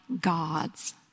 gods